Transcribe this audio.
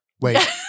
Wait